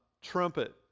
trumpet